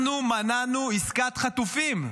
אנחנו מנענו עסקת חטופים.